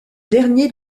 dernier